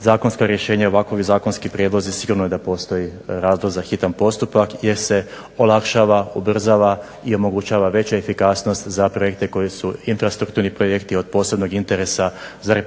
zakonska rješenje i ovakovi zakonski prijedlozi sigurno da postoji razlog za hitan postupak jer se olakšava, ubrzava i omogućava veća efikasnost za projekte koji su infrastrukturni projekti od posebnog interesa za RH,